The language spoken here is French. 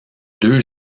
deux